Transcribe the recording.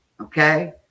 Okay